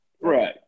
right